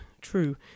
true